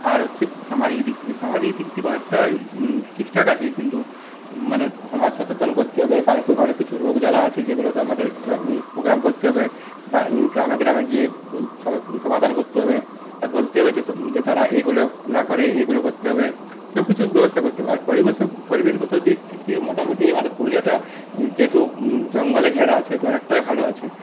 আর হচ্ছে সামাজিক দিক থেকে সামাজিক দিক থেকে অনেকটাই ঠিক ঠাক আছে কিন্তু মানে সমাজ সচেতন করতে হবে অনেক কিছুর রোগ জ্বালা আছে যেগুলোকে আমাদের প্রোগ্রাম করতে হবে বা গ্রামে গ্রামে গিয়ে সমাধান করতে হবে আর বলতে হবে যে তারা এগুলো না করে এগুলো করতে হবে সবকিছুর ব্যবস্থা করতে হবে আর পরিবেশ পরিবেশগত দিক দিয়ে মোটামোটি আমাদের পুরুলিয়াটা যেহেতু জঙ্গলে ঘেরা সেহেতু অনেকটাই ভালো আছে